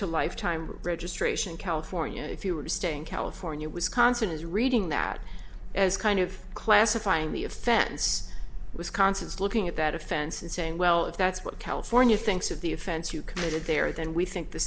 to lifetime registration california if you are staying california wisconsin is reading that as kind of classifying the offense wisconsin is looking at that offense and saying well if that's what california thinks of the offense you committed there then we think the